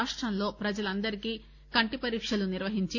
రాష్టంలో ప్రజలందరికీ కంటి పరీక్షలు నిర్వహించి